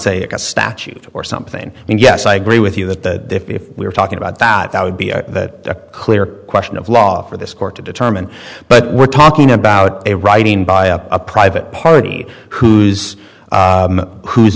a statute or something and yes i agree with you that if we were talking about that that would be a clear question of law for this court to determine but we're talking about a writing by a private party whose who